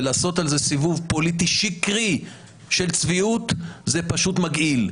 ולעשות על זה סיבוב פוליטי שקרי של צביעות זה פשוט מגעיל.